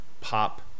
pop